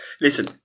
Listen